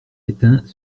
éteint